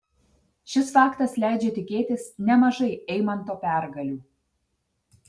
šis faktas leidžia tikėtis nemažai eimanto pergalių